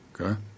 okay